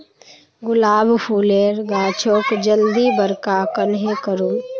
गुलाब फूलेर गाछोक जल्दी बड़का कन्हे करूम?